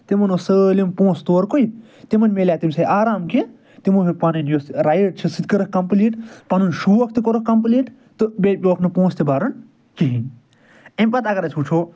تِمَن اوس سٲلِم پونٛسہٕ تورکُے تِمن مِلہِ تمہِ سۭتۍ آرام کہ تمو ہیٚوکھ پَنُن یُس رایڈ چھِ سُہ تہِ کٔرِکھ کَمپلیٖٹ پَنُن شوق تہِ کوٚرُکھ کمپلیٖٹ تہٕ بیٚیہِ پیوکھ نہٕ پونٛسہٕ تہِ بَرُن کِہیٖنۍ امہِ پَتہٕ اگر أسۍ وٕچھو